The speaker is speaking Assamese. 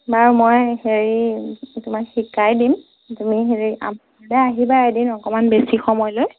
বাৰু মই হেৰি তোমাক শিকাই দিম তুমি হেৰি আমাৰ ঘৰলৈ আহিবা এদিন অকণমান বেছি সময় লৈ